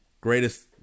greatest